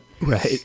Right